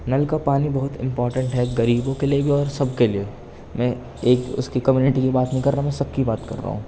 نل کا پانی بہت امپارٹنٹ ہے غریبوں کے لیے بھی اور سب کے لیے میں ایک اس کی کمیونٹی کی بات نہیں کر رہا میں سب کی بات کر رہا ہوں